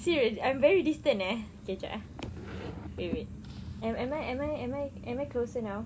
serious I'm very distant eh jap jap eh wait wait am I am I am I am I closer now